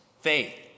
faith